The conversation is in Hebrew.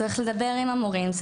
צריך לדבר עם המורים,